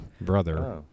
brother